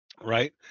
right